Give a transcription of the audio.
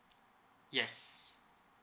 yes